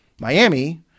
Miami